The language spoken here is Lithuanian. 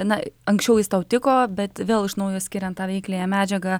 na anksčiau jis tau tiko bet vėl iš naujo skiriant tą veikliąją medžiagą